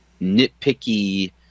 nitpicky